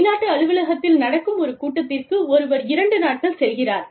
வெளிநாட்டு அலுவலகத்தில் நடக்கும் ஒரு கூட்டத்திற்கு ஒருவர் இரண்டு நாட்கள் செல்கிறார்